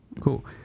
Cool